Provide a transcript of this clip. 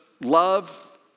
love